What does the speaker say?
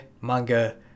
manga